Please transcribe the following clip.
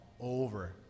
over